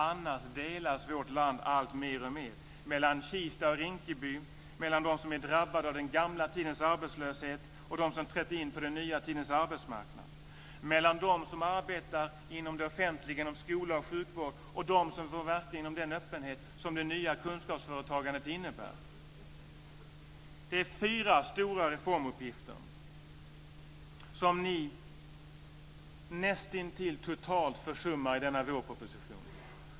Annars delas vårt land alltmer mellan Kista och Rinkeby, mellan dem som är drabbade av den gamla tidens arbetslöshet och dem som har trätt in på den nya tidens arbetsmarknad, mellan dem som arbetar inom det offentliga inom skola och sjukvård och dem som får verka inom den öppenhet som det nya kunskapsföretagandet innebär. Det är fyra stora reformuppgifter som ni nästintill totalt försummar i denna vårproposition.